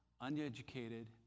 uneducated